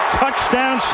touchdown